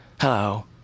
Hello